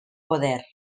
poder